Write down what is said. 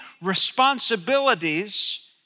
responsibilities